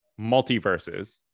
multiverses